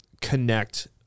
connect